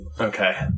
Okay